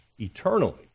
eternally